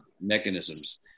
mechanisms